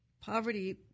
Poverty